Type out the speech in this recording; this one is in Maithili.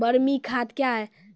बरमी खाद कया हैं?